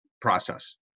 process